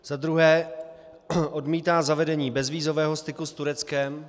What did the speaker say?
za druhé odmítá zavedení bezvízového styku s Tureckem;